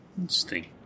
interesting